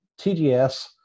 TGS